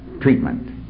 treatment